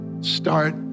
start